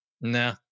Nah